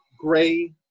gray